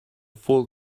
full